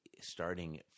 starting